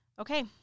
Okay